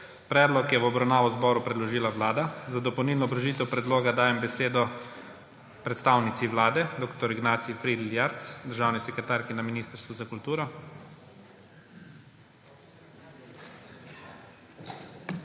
Predlog je v obravnavo zboru predložila Vlada. Za dopolnilno obrazložitev predloga dajem besedo predstavnici Vlade dr. Ignaciji Fridl Jarc, državni sekretarki na Ministrstvu za kulturo.